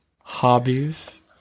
hobbies